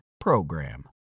PROGRAM